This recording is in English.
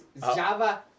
Java